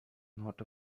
not